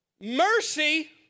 mercy